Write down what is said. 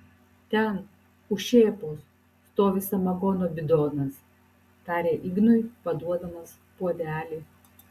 ten už šėpos stovi samagono bidonas tarė ignui paduodamas puodelį